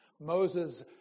Moses